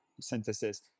synthesis